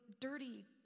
dirty